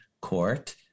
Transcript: Court